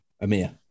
Amir